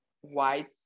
white